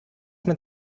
mit